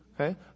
Okay